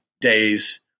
days